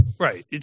Right